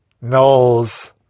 knows